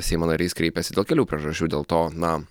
seimo narys kreipėsi dėl kelių priežasčių dėl to na